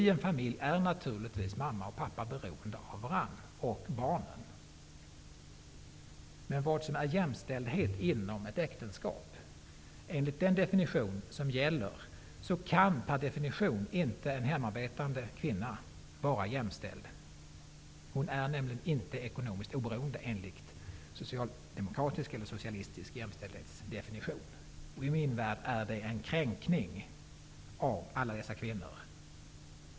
I en familj är mamma och pappa naturligtvis beroende av varandra och barnen. Men vad är jämställdhet inom ett äktenskap? Enligt den definition som gäller kan inte en hemarbetande kvinna vara jämställd. Hon är nämligen inte ekonomiskt oberoende. Då är hon inte jämställd enligt socialdemokratisk eller socialistisk jämställdhetsdefinition. I min värld är det en kränkning av alla dessa kvinnor.